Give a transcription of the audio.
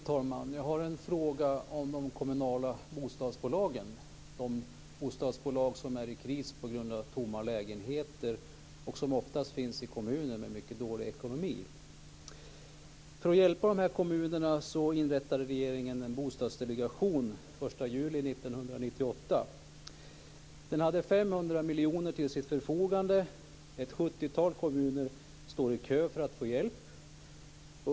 Fru talman! Jag har en fråga om de kommunala bostadsbolag som är i kris på grund av tomma lägenheter och som oftast finns i kommuner med mycket dålig ekonomi. För att hjälpa de här kommunerna inrättade regeringen en bostadsdelegation den 1 juli 1998. Den hade 500 miljoner kronor till sitt förfogande. Ett sjuttiotal kommuner står i kö för att få hjälp.